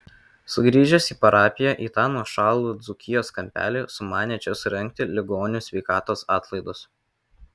sugrįžęs į parapiją į tą nuošalų dzūkijos kampelį sumanė čia surengti ligonių sveikatos atlaidus